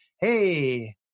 Hey